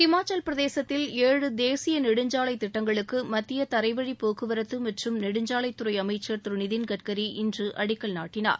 ஹிமாச்சலப் பிரதேசத்தில் ஏழு தேசிய நெடுஞ்சாலை திட்டங்களுக்கு மத்திய தரைவழிப் போக்குவரத்து மற்றும் நெடுஞ்சாலைத் துறை அமைச்ச் திரு நிதின் கட்கரி இன்று அடிக்கல் நாட்டினார்